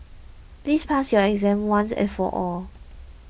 please pass your exam once and for all